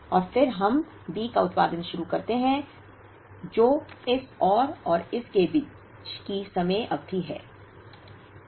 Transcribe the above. और फिर हम B का उत्पादन शुरू करते हैं जो इस और इस के बीच की समय अवधि है